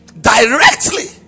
directly